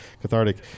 cathartic